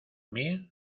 mil